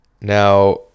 now